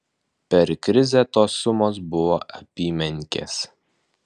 per krizę tos sumos buvo apymenkės